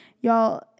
y'all